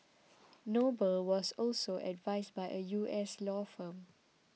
noble was also advised by a U S law firm